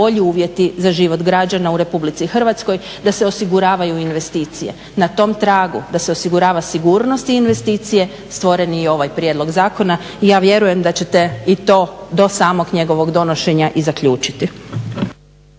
bolji uvjeti za život građana u Republici Hrvatskoj, da se osiguravaju investicije. Na tom tragu da se osigurava sigurnost i investicije stvoren je i ovaj prijedlog zakona. I ja vjerujem da ćete i to do samog njegovog donošenja i zaključiti.